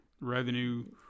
revenue